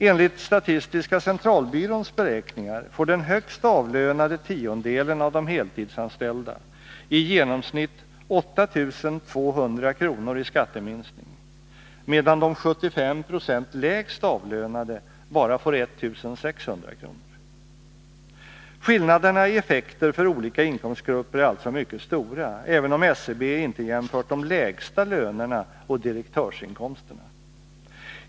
Enligt statistiska centralbyråns beräkningar får den högst avlönade tiondelen av de heltidsanställda i genomsnitt 8 200 kr. i skatteminskning, medan de 75 96 lägst avlönade bara får 1 600 kr. Skillnaderna i effekter för olika inkomstgrupper är alltså mycket stora, även om SCB inte jämfört de lägsta lönerna och direktörsinkomsterna.